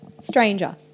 stranger